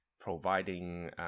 providing